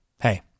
Hey